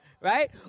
right